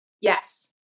Yes